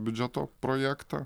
biudžeto projektą